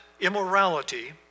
immorality